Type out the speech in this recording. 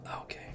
Okay